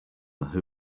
who